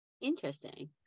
interesting